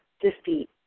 defeat